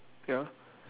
ya